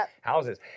houses